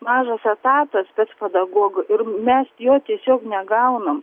mažas etatas spec pedagogų ir mes jo tiesiog negaunam